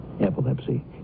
Epilepsy